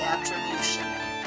Attribution